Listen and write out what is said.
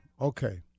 Okay